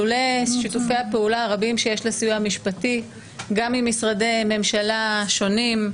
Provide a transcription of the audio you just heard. לולא שיתופי הפעולה הרבים שיש לסיוע המשפטי עם משרדי הממשלה השונים.